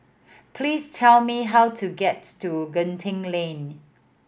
please tell me how to gets to Genting Lane